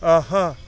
آہا